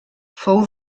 fou